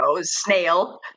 snail